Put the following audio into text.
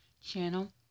channel